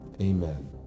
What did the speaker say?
Amen